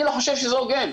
אני לא חושב שזה הוגן,